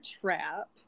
trap